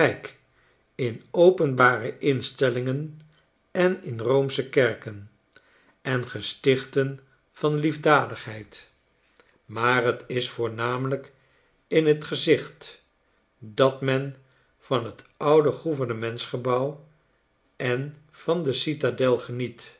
in openbare instellingen en in roomsche kerken en gestichten van liefdadigheid maar t is voornamelijk in t gezicht dat men van t oude gouvernementsgebouw en van de citadel geniet